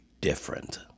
different